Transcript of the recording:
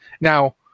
now